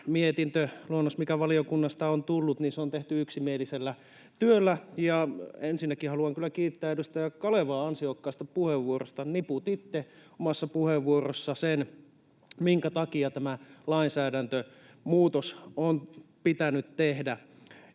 mietintöluonnos, mikä valiokunnasta on tullut, on tehty yksimielisellä työllä. Ja ensinnäkin haluan kyllä kiittää edustaja Kalevaa ansiokkaasta puheenvuorosta. Niputitte omassa puheenvuorossanne sen, minkä takia tämä lainsäädäntömuutos on pitänyt tehdä.